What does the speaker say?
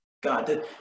God